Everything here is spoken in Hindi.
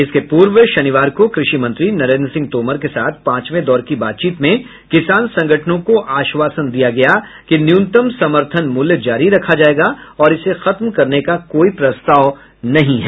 इसके पूर्व शनिवार को कृषि मंत्री नरेंद्र सिंह तोमर के साथ पांचवे दौर की बातचीत में किसान संगठनों को आश्वासन दिया गया कि न्यूनतम समर्थन मूल्य जारी रखा जाएगा और इसे खत्म करने का कोई प्रस्ताव नहीं है